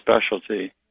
specialty